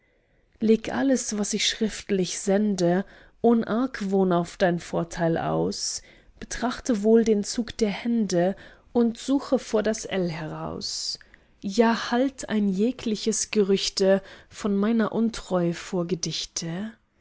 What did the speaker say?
leg alles was ich schriftlich sende ohn argwohn auf dein vorteil aus betrachte wohl den zug der hände und suche vor das l heraus ja halt ein jegliches gerüchte von meiner untreu vor gedichte